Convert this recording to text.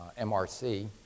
MRC